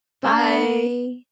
Bye